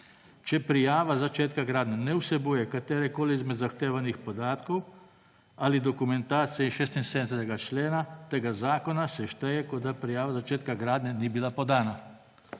»Če prijava začetka gradnje ne vsebuje katerekoli izmed zahtevanih podatkov ali dokumentacije iz 76. člena tega zakona, se šteje, kot da prijava začetka gradnje ni bila podana.«